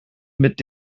mit